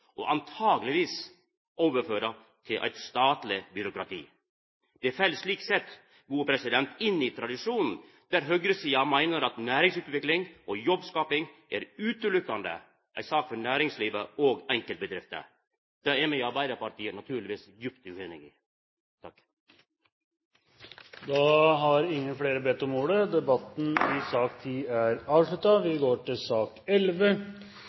og antakeleg overføra til eit statleg byråkrati. Det fell slik sett inn i tradisjonen der høgresida meiner at næringsutvikling og jobbskaping er utelukkande ei sak for næringslivet og enkeltbedrifter. Det er me i Arbeidarpartiet naturlegvis djupt ueinige i. Flere har ikke bedt om ordet til sak